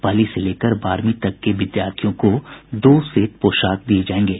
पहली से लेकर बारहवीं तक के विद्यार्थियों को दो सेट पोशाक दिये जायेंगे